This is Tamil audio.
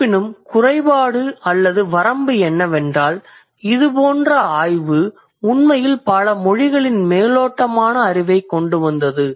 இருப்பினும் குறைபாடு அல்லது வரம்பு என்னவென்றால் இதுபோன்ற ஆய்வு உண்மையில் பல மொழிகளின் மேலோட்டமான அறிவைக் கொண்டு வந்தது